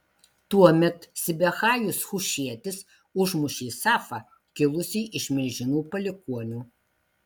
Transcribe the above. tuomet sibechajas hušietis užmušė safą kilusį iš milžinų palikuonių